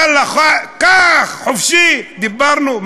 יאללה, קח, חופשי, דיברנו?